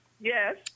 Yes